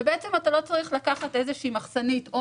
שבעצם אתה לא צריך לקחת איזושהי מחסנית או